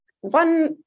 One